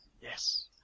Yes